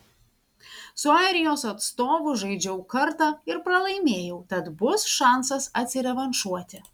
su airijos atstovu žaidžiau kartą ir pralaimėjau tad bus šansas atsirevanšuoti